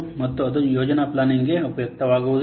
ಮತ್ತು ಅದು ಯೋಜನಾ ಪ್ಲಾನಿಂಗ್ ಗೆ ಉಪಯುಕ್ತವಾಗುವುದಲ್ಲ